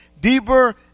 deeper